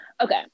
Okay